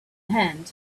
hand